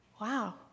wow